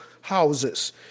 houses